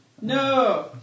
No